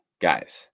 guys